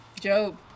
Job